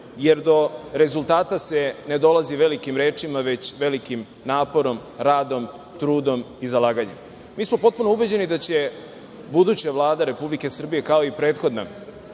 jer do rezultata se ne dolazi velikim rečima, već velikim naporom, radom, trudom i zalaganjem. Mi smo potpuno ubeđeni da će buduća Vlada Republike Srbije, kao i prethodna,